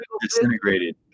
disintegrated